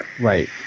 right